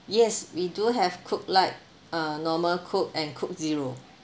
yes we do have coke light uh normal coke and coke zero